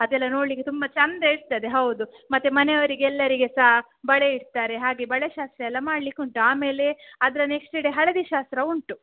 ಅದೆಲ್ಲ ನೋಡಲಿಕ್ಕೆ ತುಂಬ ಚಂದ ಇರ್ತದೆ ಹೌದು ಮತ್ತು ಮನೆಯವರಿಗೆಲ್ಲರಿಗೆ ಸಹ ಬಳೆ ಇಡ್ತಾರೆ ಹಾಗೆ ಬಳೆ ಶಾಸ್ತ್ರಯೆಲ್ಲಾ ಮಾಡಲಿಕ್ಕುಂಟು ಅಮೇಲೆ ಅದರ ನೆಕ್ಸ್ಟ್ ಡೇ ಹಳದಿ ಶಾಸ್ತ್ರ ಉಂಟು